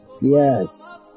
Yes